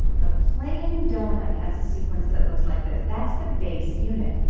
the plain donut has a sequence that looks like this. that's the base unit.